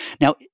Now